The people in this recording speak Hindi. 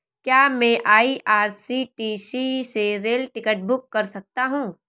क्या मैं आई.आर.सी.टी.सी से रेल टिकट बुक कर सकता हूँ?